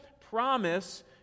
promise